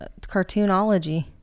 cartoonology